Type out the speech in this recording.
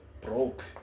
broke